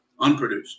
unproduced